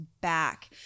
back